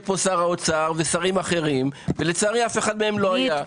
פה שר האוצר ושרים אחרים ולצערי אף אחד מהם לא היה.